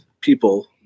people